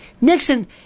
Nixon